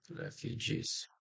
Refugees